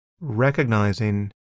recognizing